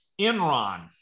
Enron